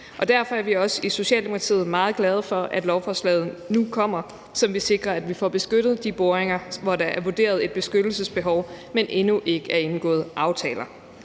derfor er vi også i Socialdemokratiet meget glade for, at lovforslaget nu kommer, som vil sikre, at vi får beskyttet de boringer, hvor der er vurderet et beskyttelsesbehov, men endnu ikke er indgået aftaler.